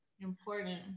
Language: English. Important